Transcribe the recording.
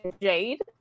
Jade